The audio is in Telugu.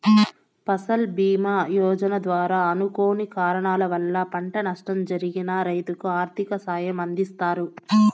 ఫసల్ భీమ యోజన ద్వారా అనుకోని కారణాల వల్ల పంట నష్టం జరిగిన రైతులకు ఆర్థిక సాయం అందిస్తారు